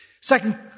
Second